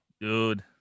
dude